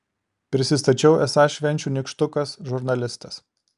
prisistačiau esąs švenčių nykštukas žurnalistas